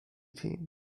team